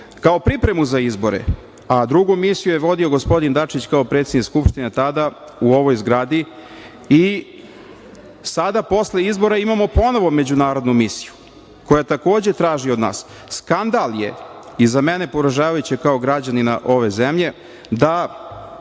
kao pripremu za izbore. Drugu misiju je vodio gospodin Dačić, kao predsednik Skupštine tada, u ovoj zgradi, i sada posle izbora imamo ponovo međunarodnu misiju, koja takođe traži od nas. Skandal je i za mene poražavajuće kao građanina ove zemlje da